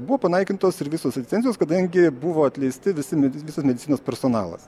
buvo panaikintos ir visos licencijos kadangi buvo atleisti visi med visas medicinos personalas